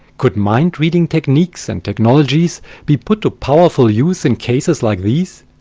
could mind reading techniques and technologies be put to powerful use in cases like these?